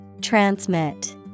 Transmit